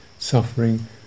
suffering